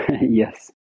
Yes